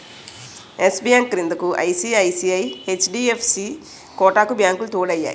yes Bank క్రిందకు ICICI, HDFC Kotak బ్యాంకులు తోడయ్యాయి